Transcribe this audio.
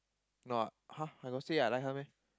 not ah !huh! I got say I like her meh